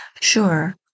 Sure